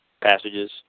passages